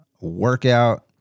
workout